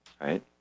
right